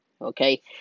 okay